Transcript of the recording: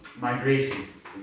Migrations